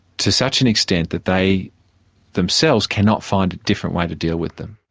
to such an extent that they themselves cannot find a different way to deal with them.